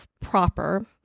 proper